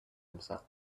himself